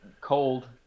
cold